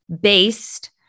based